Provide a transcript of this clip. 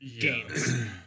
games